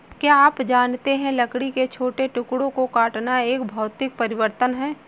क्या आप जानते है लकड़ी को छोटे टुकड़ों में काटना एक भौतिक परिवर्तन है?